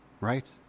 Right